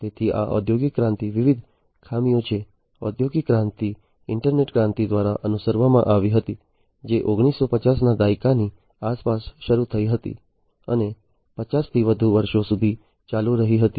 તેથી આ ઔદ્યોગિક ક્રાંતિની વિવિધ ખામીઓ છે ઔદ્યોગિક ક્રાંતિ ઇન્ટરનેટ ક્રાંતિ દ્વારા અનુસરવામાં આવી હતી જે 1950 ના દાયકાની આસપાસ શરૂ થઈ હતી અને 50 થી વધુ વર્ષો સુધી ચાલુ રહી હતી